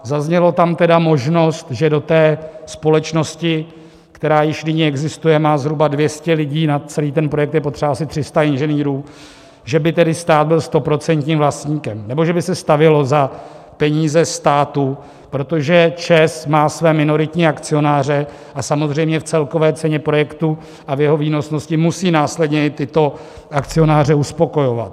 Zazněla tam možnost, že do té společnosti, která již nyní existuje a má zhruba 200 lidí, na celý projekt je potřeba asi 300 inženýrů, že by tedy stát byl stoprocentním vlastníkem nebo že by se stavělo za peníze státu, protože ČEZ má své minoritní akcionáře a samozřejmě v celkové ceně projektu a v jeho výnosnosti musí následně i tyto akcionáře uspokojovat.